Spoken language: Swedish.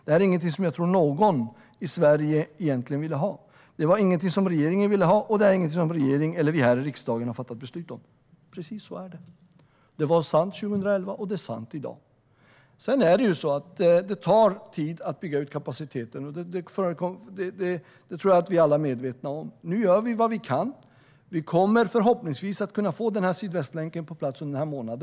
Det här är ingenting som jag tror att någon i Sverige egentligen ville ha. Det var ingenting som regeringen ville ha och det är ingenting som regeringen eller vi här i riksdagen har fattat beslut om." Precis så här är det. Det var sant 2011, och det är sant i dag. Det tar tid att bygga ut kapaciteten, och det tror jag att vi alla är medvetna om. Nu gör vi vad vi kan. Förhoppningsvis får vi Sydvästlänken på plats under denna månad.